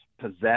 possess